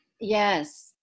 Yes